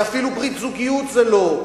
הרי אפילו ברית זוגיות זה לא,